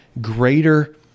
greater